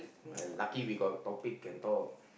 I lucky we got topic can talk